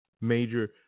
Major